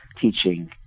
teaching